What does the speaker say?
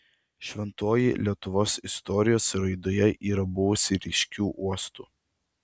šventoji lietuvos istorijos raidoje yra buvusi ryškiu uostu